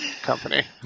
company